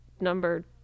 number